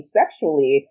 sexually